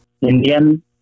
Indian